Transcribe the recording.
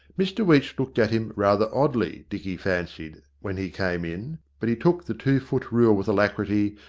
mr weech looked at him rather oddly, dicky fancied, when he came in, but he took the two foot rule with alacrity,